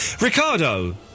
Ricardo